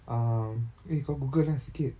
um eh kau google ah sikit